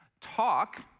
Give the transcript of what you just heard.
Talk